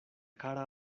kara